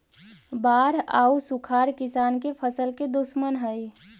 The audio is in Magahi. बाढ़ आउ सुखाड़ किसान के फसल के दुश्मन हइ